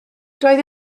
doedd